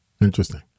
interesting